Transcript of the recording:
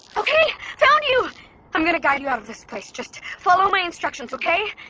okay found you i'm going to guide you out of this place just follow my instructions, okay? ah,